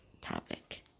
topic